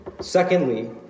Secondly